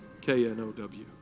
K-N-O-W